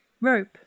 rope